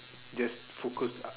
just focus uh